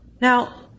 Now